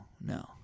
no